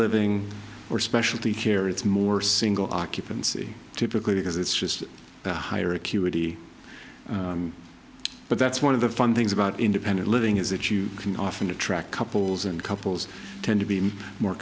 living or specialty share it's more single occupancy typically because it's just the higher acuity but that's one of the fun things about independent living is that you can often attract couples and couples tend to be more